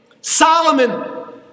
Solomon